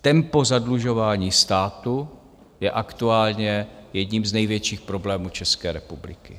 Tempo zadlužování státu je aktuálně jedním z největších problémů České republiky.